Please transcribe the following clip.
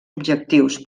objectius